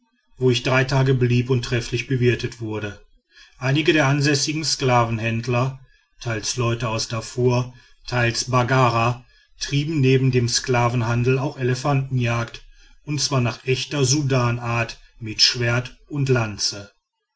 wo ich drei tage blieb und trefflich bewirtet wurde einige der ansässigen sklavenhändler teils leute aus darfur teils baggara trieben neben dem sklavenhandel auch elefantenjagd und zwar nach echter sudanart mit schwert und lanze